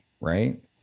right